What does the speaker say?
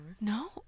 no